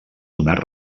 donar